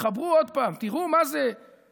תתחברו עוד פעם, תראו מה זה כשנטמעים.